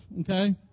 Okay